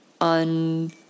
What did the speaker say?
on